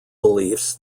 beliefs